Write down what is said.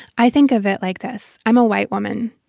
i think of it like this. i'm a white woman.